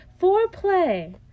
Foreplay